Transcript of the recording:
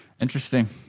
Interesting